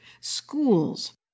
schools